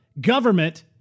government